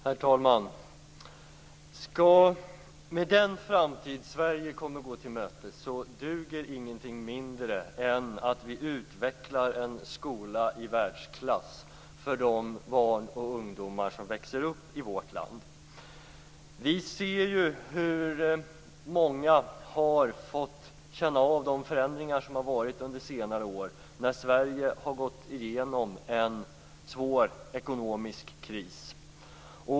Herr talman! Med den framtid som Sverige kommer att gå till mötes duger ingenting mindre än att vi utvecklar en skola i världsklass för de barn och ungdomar som växer upp i vårt land. Många har ju fått känna av de förändringar som har varit under senare år när Sverige gått igenom en svår ekonomisk kris.